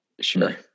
Sure